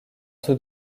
tout